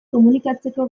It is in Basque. komunikatzeko